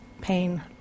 pain